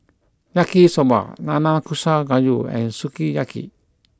Yaki Soba Nanakusa Gayu and Sukiyaki